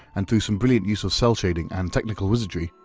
and through some brilliant use of cel shading and technical wizardry,